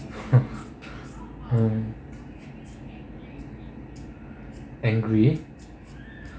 mm mm angry